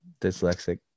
Dyslexic